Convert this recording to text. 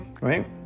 right